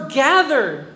gathered